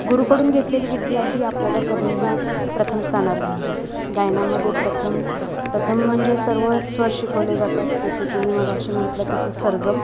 गुरुकडून घेतलेली विद्या ही आपल्याला कधीही प्रथम स्थानावर घेऊन जाते गायनामध्ये प्रथम प्रथम म्हणजे सर्व स्वर शिकवले जातात जसं की मी मग अशी म्हटलं तसं सरगम